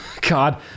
God